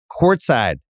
courtside